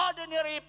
ordinary